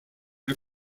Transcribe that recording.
are